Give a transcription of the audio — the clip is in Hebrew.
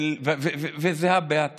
זה הא בהא תליא.